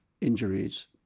injuries